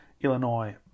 Illinois